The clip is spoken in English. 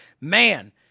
Man